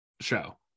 show